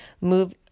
Move